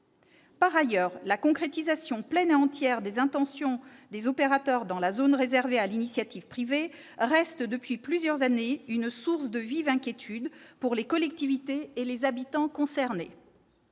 Par ailleurs, la concrétisation pleine et entière des intentions des opérateurs dans la zone réservée à l'initiative privée reste depuis plusieurs années une source de vives inquiétudes pour les collectivités et les habitants concernés.